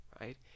right